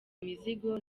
imizigo